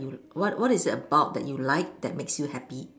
what is it about that you like that makes you happy